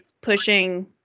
pushing